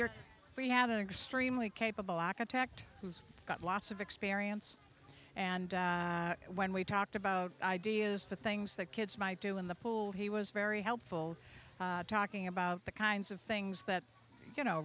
your we had an extremely capable aka tact who's got lots of experience and when we talked about ideas for things that kids might do in the pool he was very helpful talking about the kinds of things that you know